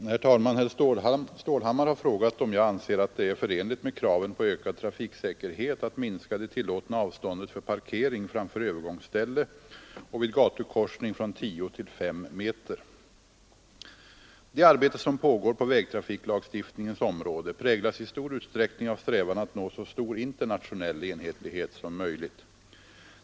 Herr talman! Herr Stålhammar har frågat om jag anser att det är förenligt med kraven på ökad trafiksäkerhet att minska det tillåtna avståndet för parkering framför övergångsställe och vid gatukorsning från tio till fem meter. Det arbete som pågår på vägtrafiklagstiftningens område präglas i stor utsträckning av strävan att nå så stor internationell enhetlighet som möjligt.